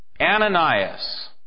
Ananias